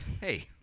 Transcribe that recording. Hey